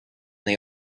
they